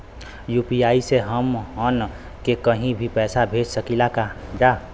UPI से हमहन के कहीं भी पैसा भेज सकीला जा?